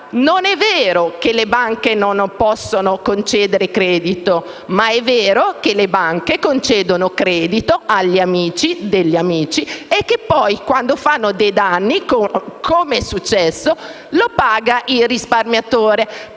Non è vero, allora, che le banche non possono concedere credito, ma è vero che banche concedono credito agli amici degli amici e che poi, quando fanno dei danni, come è successo, a pagare è il risparmiatore,